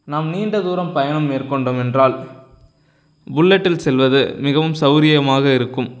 நாம் நீண்ட தூரம் பயணம் மேற்கொண்டோம் என்றால் புல்லட்டில் செல்வது மிகவும் சௌரியமாக இருக்கும்